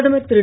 பிரதமர் திரு